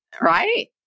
Right